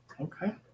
Okay